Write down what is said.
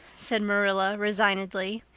said marilla resignedly.